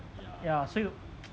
ya 所以